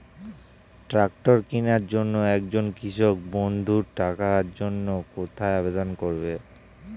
Tractor কিনার জন্য একজন কৃষক বন্ধু টাকার জন্য কোথায় আবেদন করবে?